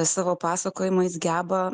savo pasakojimais geba